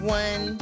one